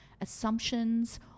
assumptions